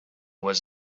was